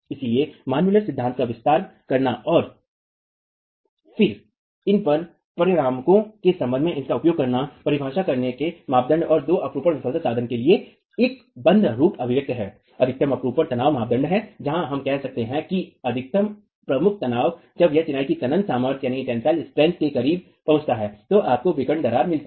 इसलिए Mann Muller सिद्धांत का विस्तार करना और फिर इन बल परिणामकों के संबंध में इसका उपयोग करना परिभाषित करने के मापदंड और दो अपरूपण विफलता साधन के लिए एक बंद रूप अभिव्यक्ति है अधिकतम प्रमुख तनाव मानदंड हैं जहां हम कह रहे हैं कि अधिकतम प्रमुख तनाव जब यह चिनाई की तनन सामर्थ्य के करीब पहुंचता है तो आपको विकर्ण दरारें मिलती हैं